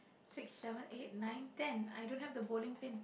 six seven eight nine ten I don't have the bowling pin